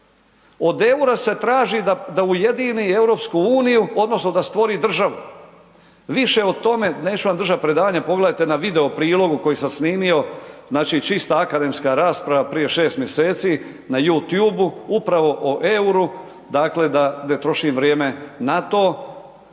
Od EUR-a se traži da ujedini EU odnosno da stvori državu, više o tome neću vam držati predavanje pogledajte na video prilogu koji sam snimio, znači čista akademska rasprava prije 6 mjeseci na Youtube-u upravo o EUR-u dakle da ne trošim vrijeme na to,